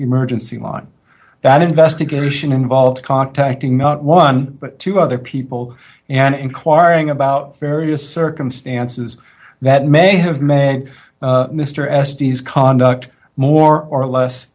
emergency on that investigation involved contacting not one but two other people and inquiring about various circumstances that may have meant mr estes conduct more or less